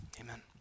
amen